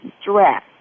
stress